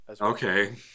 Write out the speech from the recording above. Okay